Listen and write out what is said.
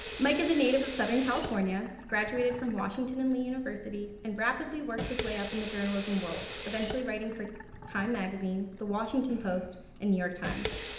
mike is a native of southern california, graduated from washington and lee university, and rapidly worked his way in the journalism world. eventually writing for time magazine, the washington post, and new york times.